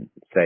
say